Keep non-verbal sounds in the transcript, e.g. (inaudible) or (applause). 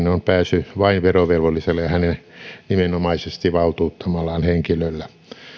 (unintelligible) ja että verotusasiakirjoihin on pääsy vain verovelvollisella ja hänen nimenomaisesti valtuuttamallaan henkilöllä